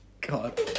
God